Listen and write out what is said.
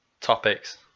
topics